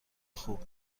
خوب